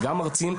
וגם מרצים,